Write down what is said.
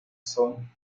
son